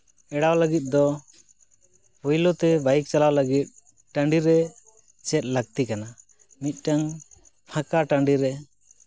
ᱮᱲᱟᱣ ᱞᱟᱹᱜᱤᱫ ᱫᱚ ᱯᱳᱭᱞᱳ ᱛᱮ ᱵᱟᱭᱤᱠ ᱪᱟᱞᱟᱣ ᱞᱟᱹᱜᱤᱫ ᱴᱟ ᱰᱤᱨᱮ ᱪᱮᱫ ᱞᱟᱹᱠᱛᱤ ᱠᱟᱱᱟ ᱢᱤᱫᱴᱟᱹᱝ ᱯᱷᱟᱸᱠᱟ ᱴᱟᱺᱰᱤᱨᱮ